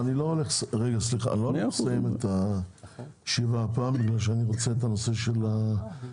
אנחנו לא נסיים את הישיבה הפעם כי אני רוצה את הנושא של המקור.